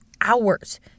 hours